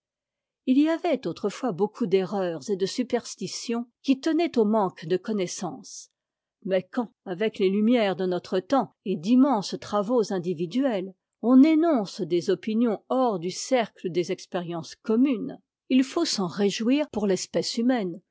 i y avait autrefois beaucoup d'erreurs et de superstitions qui tenaient au manque de connaissances mais quand avec les lumières de notre temps et d'immenses travaux individuels on énonce des opinions hors du cercle des expériences communes il faut s'en réjouir pour l'espèce humaine